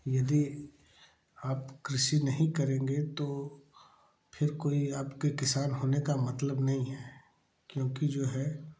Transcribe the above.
यदि आप कृषि नहीं करेंगे तो फिर कोई आपके किसान होने का मतलब नहीं है क्योंकि जो है